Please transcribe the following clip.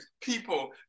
People